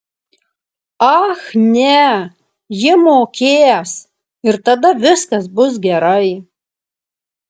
ach ne ji mokės ir tada viskas bus gerai